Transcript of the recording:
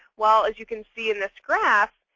well as you can see in this graph,